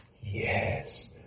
Yes